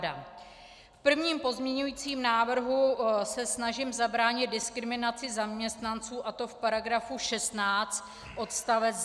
V prvním pozměňujícím návrhu se snažím zabránit diskriminaci zaměstnanců, a to v § 16 odst.